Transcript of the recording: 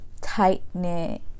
tight-knit